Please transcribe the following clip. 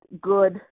good